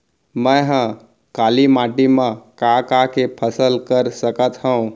मै ह काली माटी मा का का के फसल कर सकत हव?